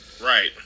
Right